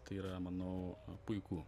tai yra manau puiku